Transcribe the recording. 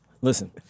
Listen